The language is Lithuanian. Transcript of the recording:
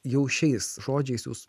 jau šiais žodžiais jūs